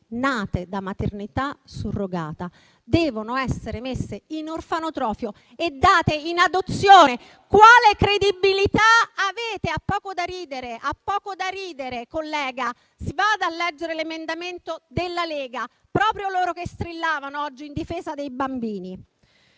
nate da maternità surrogata devono essere messi in orfanotrofio e dati in adozione. Ma quale credibilità avete? *(Commenti)*. Ha poco da ridere, collega. Si vada a leggere l'emendamento della Lega, proprio loro che oggi strillavano in difesa dei bambini.